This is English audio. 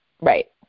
Right